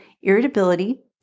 irritability